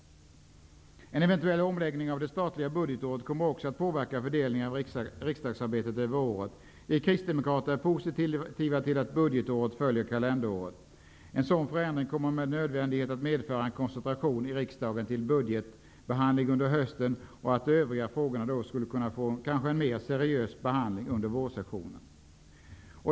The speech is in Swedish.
En eventuell omläggning av det statliga budgetåret kommer också att påverka fördelningen av riksdagsarbetet över året. Vi kristdemokrater är positiva till att budgetåret följer kalenderåret. En sådan förändring kommer med nödvändighet att medföra en koncentration av budgetbehandling under hösten i riksdagen. De övriga frågorna skulle kunna få en mer seriös behandling under vårsessionen.